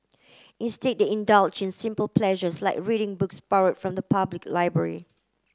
instead they indulge in simple pleasures like reading books borrowed from the public library